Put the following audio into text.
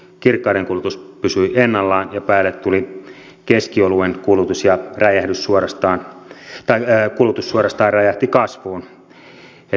kirkkaiden kulutus pysyi ennallaan ja päälle tuli keskioluen kulutus ja kulutus suorastaan räjähti kasvuun